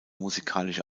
musikalische